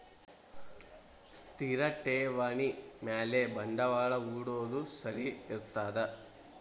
ಸ್ಥಿರ ಠೇವಣಿ ಮ್ಯಾಲೆ ಬಂಡವಾಳಾ ಹೂಡೋದು ಸರಿ ಇರ್ತದಾ?